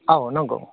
औ नंगौ